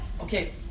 okay